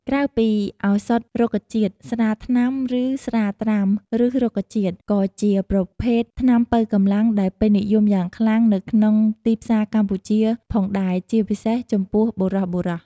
ក្រៅពីឱសថរុក្ខជាតិ ស្រាថ្នាំ ឬ ស្រាត្រាំឫសរុក្ខជាតិ ក៏ជាប្រភេទថ្នាំប៉ូវកម្លាំងដែលពេញនិយមយ៉ាងខ្លាំងនៅក្នុងទីផ្សារកម្ពុជាផងដែរ ជាពិសេសចំពោះបុរសៗ។